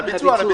על הביצוע.